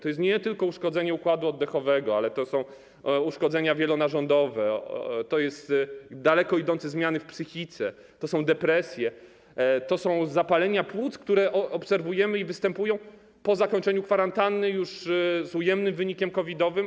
To jest nie tylko uszkodzenie układu oddechowego, ale to są uszkodzenia wielonarządowe, to są daleko idące zmiany w psychice, to są depresje, to są zapalenia płuc, które obserwujemy i które występują już po zakończeniu kwarantanny z ujemnym wynikiem COVID-owym.